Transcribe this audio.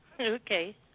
Okay